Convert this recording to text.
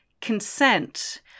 consent